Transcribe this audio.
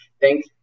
Thank